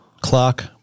Clock